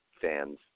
fans